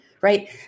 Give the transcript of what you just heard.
right